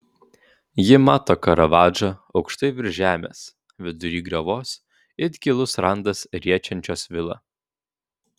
ji mato karavadžą aukštai virš žemės vidury griovos it gilus randas riečiančios vilą